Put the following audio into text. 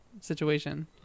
situation